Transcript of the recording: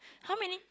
how many